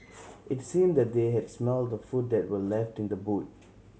it seemed that they had smelt the food that were left in the boot